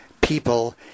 people